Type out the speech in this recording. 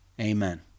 Amen